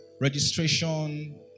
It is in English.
registration